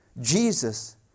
Jesus